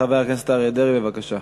חבר הכנסת אריה דרעי, בבקשה,